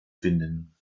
finden